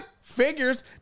Figures